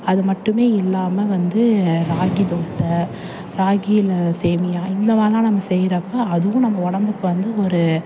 அது மட்டும் இல்லாமல் வந்து ராகி தோசை ராகியில் சேமியா இந்தமாரிலாம் நம்ம செய்கிறப்ப அதுவும் நம்ம உடம்புக்கு வந்து ஒரு